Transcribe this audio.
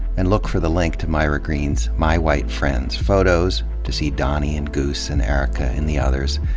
and look for the links to myra greene's my white friends photos, to see doni and goose and erica and the others,